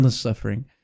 suffering